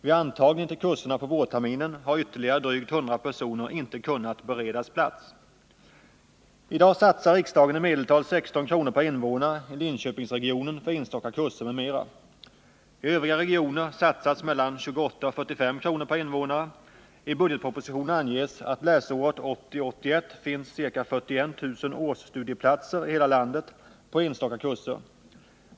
Vid antagningen till kurserna på vårterminen har ytterligare drygt 100 personer inte kunnat beredas plats. I dag satsar riksdagen i medeltal 16 kr. per invånare i Linköpingsregionen för enstaka kurser m.m. I övriga regioner satsas mellan 28 och 45 kr. per invånare. I budgetpropositionen anges att det läsåret 1980-1981 finns ca 41 000 årsstudieplatser i hela landet på enstaka kurser.